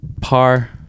par